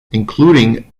including